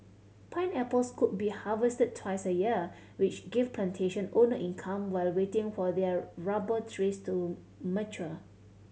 pineapples could be harvested twice a year which gave plantation owners income while waiting for their rubber trees to mature